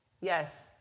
Yes